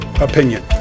opinion